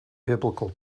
biblical